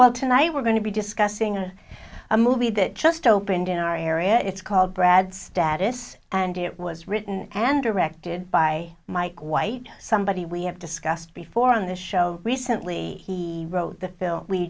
well tonight we're going to be discussing a movie that just opened in our area it's called brad status and it was written and directed by mike white somebody we have discussed before on this show recently he wrote the film we